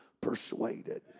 persuaded